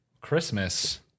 Christmas